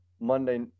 Monday